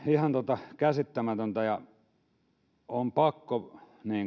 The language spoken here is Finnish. ihan käsittämätöntä on pakko